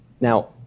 Now